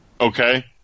Okay